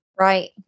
right